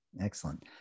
excellent